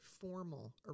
formal